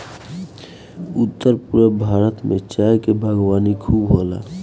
उत्तर पूरब भारत में चाय के बागवानी खूब होला